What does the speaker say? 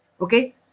Okay